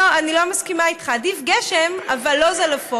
לא, אני לא מסכימה איתך, עדיף גשם, אבל לא זלעפות.